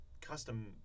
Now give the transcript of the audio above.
custom